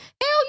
Hell